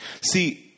See